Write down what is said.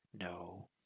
No